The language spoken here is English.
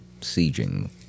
sieging